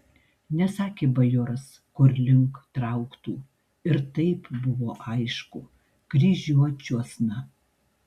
nesakė bajoras kur link trauktų ir taip buvo aišku kryžiuočiuosna